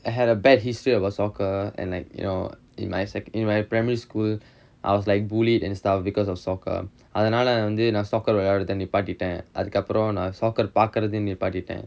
I had a bad history about soccer and like you know in my secondary~ in my primary school I was like bullied and stuff because of soccer அதனால வந்து நா:athanaala vanthu naa soccer விளையாடுறத நிப்பாட்டிட்டேன் அதுக்கு அப்புறம் நா:vilaiyaaduratha nippaattitaen athukku appuram naa soccer பாக்குறதே நிப்பாட்டிட்டேன்:paakkarathae nippaattitaen